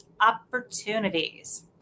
opportunities